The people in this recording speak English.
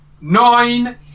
nine